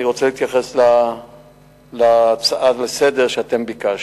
אני רוצה להתייחס להצעה לסדר-היום שאתם העליתם.